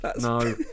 no